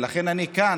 ולכן אני אומר כאן,